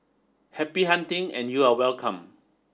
happy hunting and you are welcome